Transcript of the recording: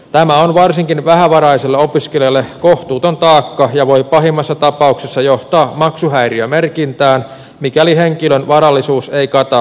tämä on varsinkin vähävaraiselle opiskelijalle kohtuuton taakka ja voi pahimmassa tapauksessa johtaa maksuhäiriömerkintään mikäli henkilön varallisuus ei kata takaisinperinnän kustannuksia